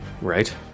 Right